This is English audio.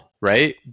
right